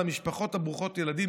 על המשפחות ברוכות הילדים,